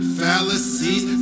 fallacies